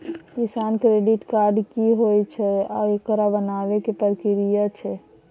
किसान credit card की होयत छै आ एकरा बनाबै के की प्रक्रिया छै?